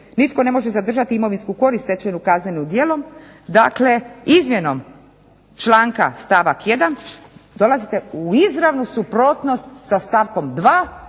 nitko ne može zadržati imovinsku korist stečenu kaznenim djelom, dakle izmjenom članka stavak 1. dolazite u izravnu suprotnost sa stavkom 2.